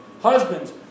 Husbands